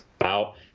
out